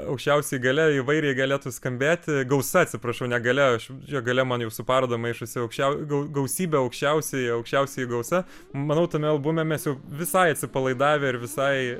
aukščiausioji galia įvairiai galėtų skambėti gausa atsiprašau ne galia aš čia galia man jau su paroda maišosi aukščiau gau gausybė aukščiausioji aukščiausioji gausa manau tame albume mes jau visai atsipalaidavę ir visai